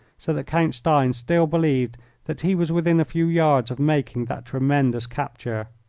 so that count stein still believed that he was within a few yards of making that tremendous capture.